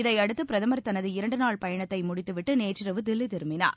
இதையடுத்து பிரதமர் தனது இரண்டு நாள் பயணத்தை முடித்து விட்டு நேற்றிரவு தில்லி திரும்பினார்